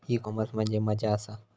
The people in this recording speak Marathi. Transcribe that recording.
ई कॉमर्स म्हणजे मझ्या आसा?